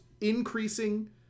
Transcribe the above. increasing